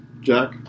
Jack